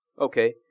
Okay